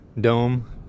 dome